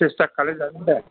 सेस्ता खालामजागोन दे